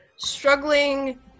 Struggling